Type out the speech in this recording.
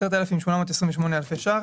10,828 אלפי שקלים.